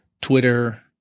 Twitter